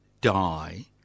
die